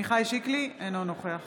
בעד עמיחי שיקלי, אינו נוכח